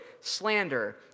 slander